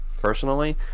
personally